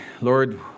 Lord